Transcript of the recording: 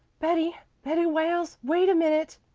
betty! betty wales! wait a minute,